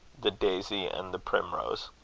the daisy and the primrose.